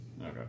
Okay